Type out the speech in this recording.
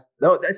No